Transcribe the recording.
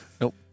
Nope